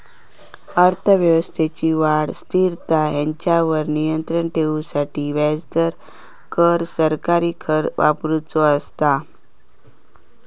अर्थव्यवस्थेची वाढ, स्थिरता हेंच्यावर नियंत्राण ठेवूसाठी व्याजदर, कर, सरकारी खर्च वापरुचो असता